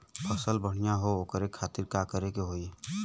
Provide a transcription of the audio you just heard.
फसल बढ़ियां हो ओकरे खातिर का करे के होई?